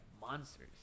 monsters